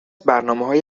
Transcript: برنامههای